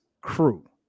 Crew